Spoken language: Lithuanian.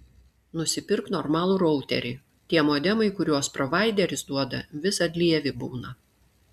nusipirk normalų routerį tie modemai kur provaideris duoda visad lievi būna